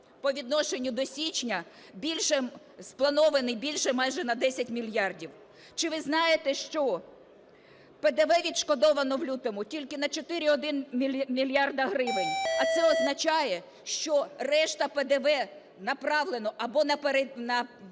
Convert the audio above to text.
по відношенню до січня більш спланований більше майже на 10 мільярдів. Чи ви знаєте, що ПДВ відшкодовано в лютому тільки на 4,1 мільярда гривень? А це означає, що решта ПДВ направлено або на перевірки,